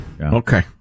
Okay